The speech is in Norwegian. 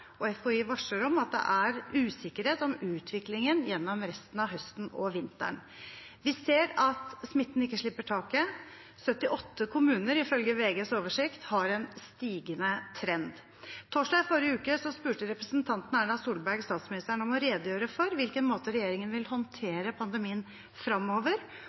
usikkerhet om utviklingen gjennom resten av høsten og vinteren. Vi ser at smitten ikke slipper taket. 78 kommuner, ifølge VGs oversikt, har en stigende trend. Torsdag i forrige uke spurte representanten Erna Solberg statsministeren om å redegjøre for på hvilken måte regjeringen vil